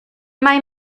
mai